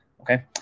okay